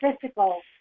physical